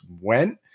went